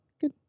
good